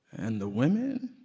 and the women